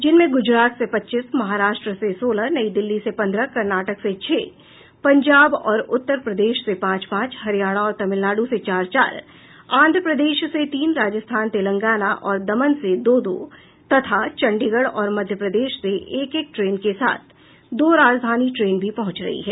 जिनमें गुजरात से पच्चीस महाराष्ट्र से सोलह नई दिल्ली से पंद्रह कर्नाटक से छह पंजाब और उत्तर प्रदेश से पांच पांच हरियाणा और तमिलनाड् से चार चार आंध्र प्रदेश से तीन राजस्थान तेलंगाना और दमन से दो दो तथा चंडीगढ़ और मध्य प्रदेश से एक एक ट्रेन के साथ दो राजधानी ट्रेन भी पहुंच रही हैं